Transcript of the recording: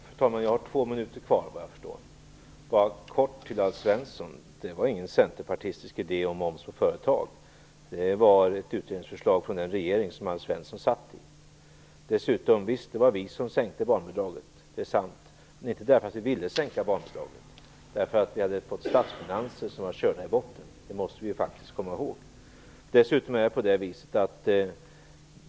Fru talman! Helt kort till Alf Svensson: Momsen på företag var ingen centerpartistisk idé, utan det var ett utredningsförslag från den regering som Alf Visst, det var vi som sänkte barnbidraget - det är sant. Men det gjorde vi inte därför att vi ville sänka barnbidraget, utan därför att vi hade fått statsfinanser som var körda i botten. Detta måste vi faktiskt komma ihåg.